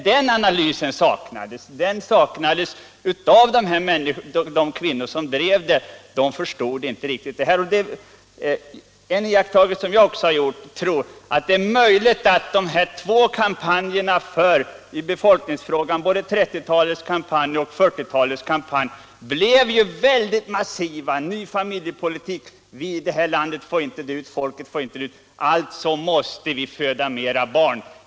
Den analysen saknades, och de kvinnor som drev politiken förstod nog inte riktigt det här. Jag tror att de två kampanjerna i befolkningsfrågan, både 1930-talets och 1940-talets, medverkade. De kom ju att ge en familjepolitisk diskussion: Folket får inte dö ut, alltså måste vi föda mera barn.